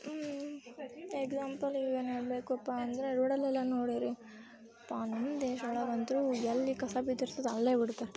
ಊಂ example ಈಗ ಏನು ಹೇಳಬೇಕಪ್ಪ ಅಂದರೆ ರೋಡಲ್ಲೆಲ್ಲ ನೋಡಿರಿ ಅಪ್ಪ ನಮ್ಮ ದೇಶೊಳಗಂತೂ ಎಲ್ಲಿ ಕಸ ಬಿದ್ದಿರ್ತದೋ ಅಲ್ಲೇ ಬಿಡ್ತಾರ್